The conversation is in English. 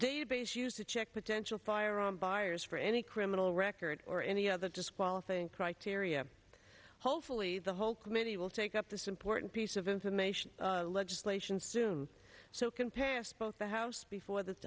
database used to check potential firearm buyers for any criminal records or any other disqualifying criteria hopefully the whole committee will take up this important piece of information legislation soon so can pass both the house before the